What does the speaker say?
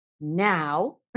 now